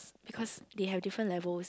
because they have different levels